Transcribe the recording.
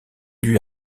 lui